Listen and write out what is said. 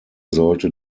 sollte